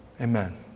Amen